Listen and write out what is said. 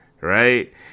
right